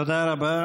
תודה רבה.